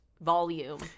volume